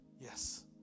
yes